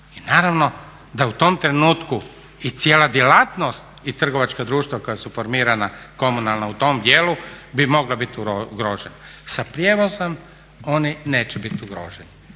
i naravno da u tom trenutku i cijela djelatnost i trgovačka društva koja su formirana komunalna u tom dijelu bi mogla biti ugrožena. Sa prijevozom oni neće biti ugroženi.